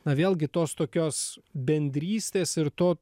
na vėlgi tos tokios bendrystės ir to